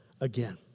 again